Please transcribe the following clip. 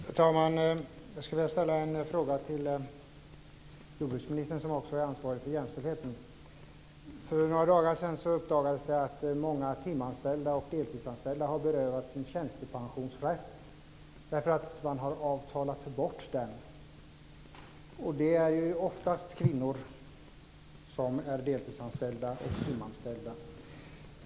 Herr talman! Jag skulle vilja ställa en fråga till jordbruksministern, som ju också är ansvarig för jämställdheten. För några dagar sedan uppdagades att många timoch deltidsanställda har berövats sin tjänstepensionsrätt därför att den avtalats bort. Oftast är det kvinnor som är deltidsanställda eller timanställda.